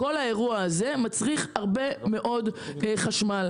כל האירוע הזה מצריך הרבה מאוד חשמל.